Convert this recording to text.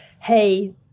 hey